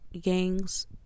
Gangs